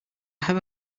have